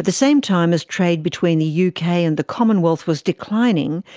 at the same time as trade between the yeah uk and the commonwealth was declining,